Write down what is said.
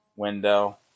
Window